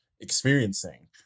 Experiencing